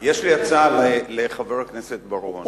יש לי הצעה לחבר הכנסת בר-און,